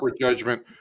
judgment